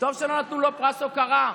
טוב שלא נתנו לו פרס הוקרה.